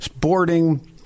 Boarding